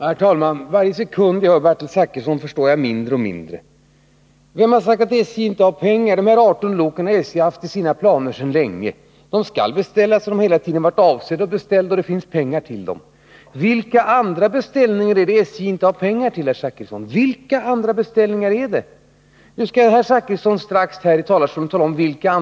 Herr talman! För varje sekund jag hör Bertil Zachrisson förstår jag mindre och mindre. Vem har sagt att SJ inte har pengar? Dessa 18 lok har SJ haft i sina planer sedan länge. De skall beställas, man har hela tiden avsett att beställa dem, och det finns pengar till dem. Vilka andra beställningar är det SJ inte har pengar till, herr Zachrisson? Nu skall herr Zachrisson strax här i talarstolen tala om detta.